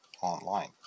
online